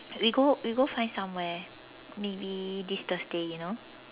we go we go find somewhere maybe this Thursday you know